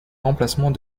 remplacement